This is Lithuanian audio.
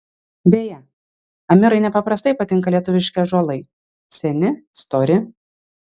beje amirai nepaprastai patinka lietuviški ąžuolai seni stori